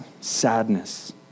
sadness